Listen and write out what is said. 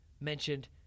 mentioned